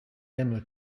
demo